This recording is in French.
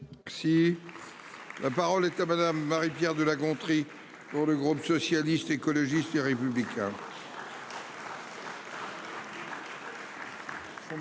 Si. La parole est à madame Marie-. Pierre de La Gontrie pour le groupe socialiste, écologiste et républicain.